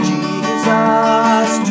Jesus